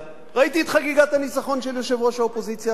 ראיתי את חגיגת הניצחון של יושב-ראש האופוזיציה החדש.